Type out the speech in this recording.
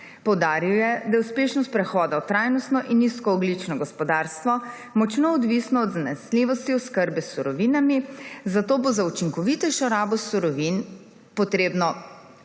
Poudaril je, da je uspešnost prehoda v trajnostno in nizkoogljično gospodarstvo močno odvisna od zanesljivosti oskrbe s surovinami, zato bo učinkovitejšo rabo surovin treba